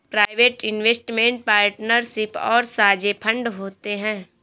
private investment partnership और साझे fund होते हैं